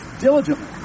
diligently